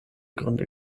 gründe